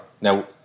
Now